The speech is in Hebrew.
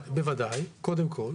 בוודאי, קודם כל.